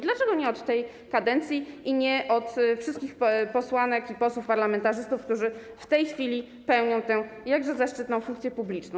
Dlaczego nie od tej kadencji i nie od wszystkich posłanek i posłów, parlamentarzystów, którzy w tej chwili pełnią tę, jakże zaszczytną, funkcję publiczną?